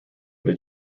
new